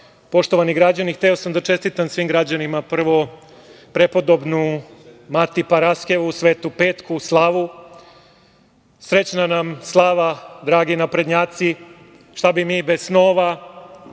poštovani građani, hteo sam da čestitam svim građanima prvo prepodobnu Mati Paraskevu Svetu Petku slavu, srećna nam slava dragi naprednjaci, šta bi mi bez snova,